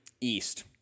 east